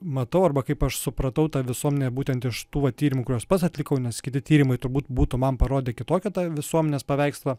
matau arba kaip aš supratau tą visuomenę būtent iš tų va tyrimų kuriuos pats atlikau nes kiti tyrimai turbūt būtų man parodę kitokį tą visuomenės paveikslą